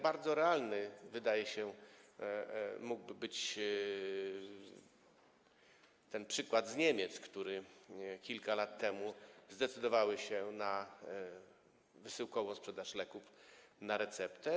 Bardzo realny wydawał się być przykład z Niemiec, które kilka lat temu zdecydowały się na wysyłkową sprzedaż leków na receptę.